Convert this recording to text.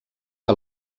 que